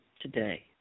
today